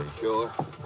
Sure